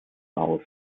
aus